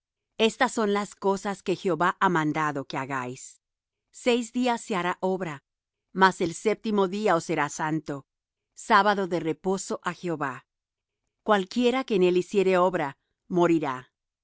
estas son las cosas que jehová ha mandado que hagáis seis días se hará obra mas el día séptimo os será santo sábado de reposo á jehová cualquiera que en él hiciere obra morirá